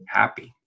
happy